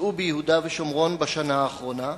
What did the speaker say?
הוצאו ביהודה ושומרון בשנה האחרונה?